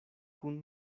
kun